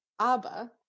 ABBA